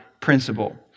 principle